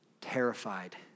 terrified